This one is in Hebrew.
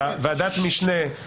אני מסכים שאפשר להקל בכל מיני פעולות